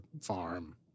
farm